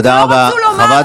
תודה רבה.